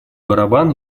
барабан